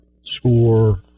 score